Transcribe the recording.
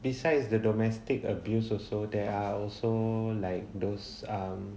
besides the domestic abuse also there are also like those um